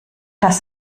das